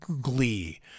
glee